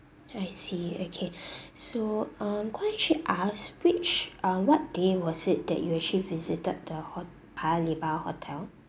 I see okay so um could I actually ask which ah what day was it that you actually visited to our ho~ paya lebar hotel